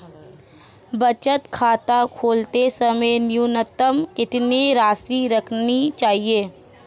बचत खाता खोलते समय न्यूनतम कितनी राशि रखनी चाहिए?